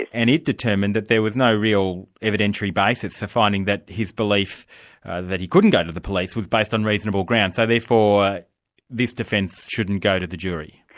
it determined that there was no real evidentiary basis for finding that his belief that he couldn't go to the police was based on reasonable grounds, so therefore this defence shouldn't go to the jury.